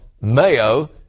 Mayo